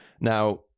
Now